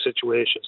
situations